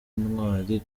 intwari